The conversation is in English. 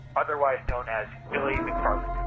otherwise known as billy mcfarland,